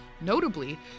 Notably